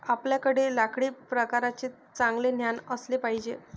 आपल्याकडे लाकडी प्रकारांचे चांगले ज्ञान असले पाहिजे